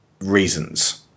reasons